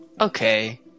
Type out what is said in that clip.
Okay